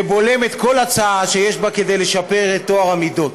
שבולמת כל הצעה שיש בה כדי לשפר את טוהר המידות.